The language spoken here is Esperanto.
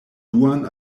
duan